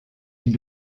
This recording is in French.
ils